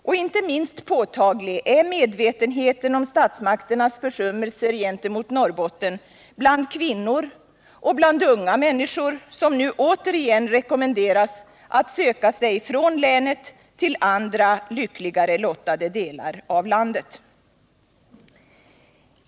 Och inte minst påtaglig är medvetenheten om statsmakternas försummelser gentemot Norrbotten bland kvinnor och unga människor, som nu återigen rekommenderas att söka sig från länet till andra, lyckligare lottade delar av landet.